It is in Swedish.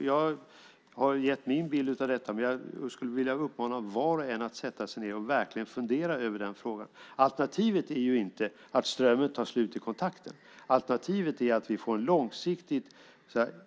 Jag har gett min bild av detta, men jag skulle vilja uppmana var och en att sätta sig ned och verkligen fundera över den frågan. Alternativet är inte att strömmen tar slut i kontakten. Alternativet är att vi får ett långsiktigt